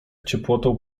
ciepłotą